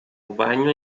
rebanho